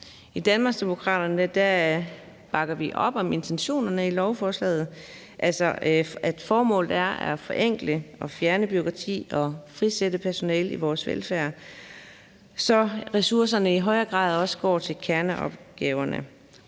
I Danmarksdemokraterne bakker vi op om intentionerne i lovforslaget, altså at formålet er at forenkle, fjerne bureaukrati og frisætte personalet i vores velfærd, så ressourcerne i højere grad også går til kerneopgaverne,